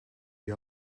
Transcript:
die